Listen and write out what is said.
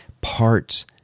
parts